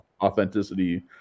authenticity